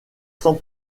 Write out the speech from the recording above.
sans